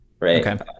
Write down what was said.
right